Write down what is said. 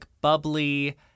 bubbly